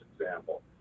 example